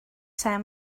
sam